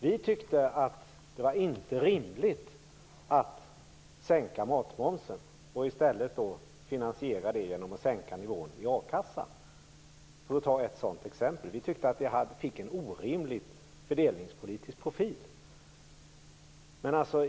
Vi tyckte att det inte var rimligt att sänka matmomsen och i stället ordna finansieringen genom att sänka nivån i a-kassan. Vi tyckte att det blev en orimlig fördelningspolitisk profil.